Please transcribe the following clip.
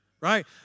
right